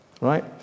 right